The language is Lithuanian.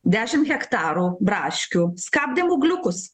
dešim hektarų braškių skabdėm ūgliukus